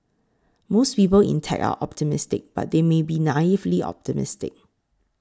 most people in tech are optimistic but they may be naively optimistic